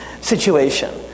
situation